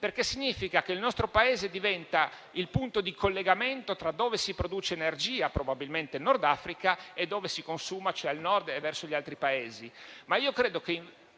perché significa che il nostro Paese diventa il punto di collegamento tra dove si produce energia (probabilmente Nord Africa) e dove si consuma (cioè al Nord e verso gli altri Paesi).